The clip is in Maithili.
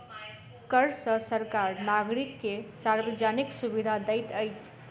कर सॅ सरकार नागरिक के सार्वजानिक सुविधा दैत अछि